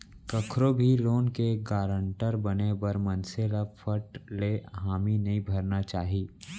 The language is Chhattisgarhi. कखरो भी लोन के गारंटर बने बर मनसे ल फट ले हामी नइ भरना चाही